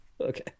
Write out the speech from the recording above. okay